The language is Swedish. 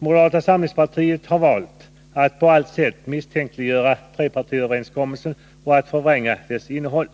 Moderata samlingspartiet har valt att på allt sätt misstänkliggöra trepartiöverenskommelsen och att förvränga dess innehåll.